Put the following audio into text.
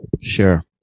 Sure